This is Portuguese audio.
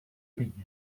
penhasco